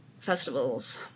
Festivals